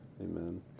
Amen